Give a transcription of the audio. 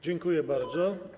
Dziękuję bardzo.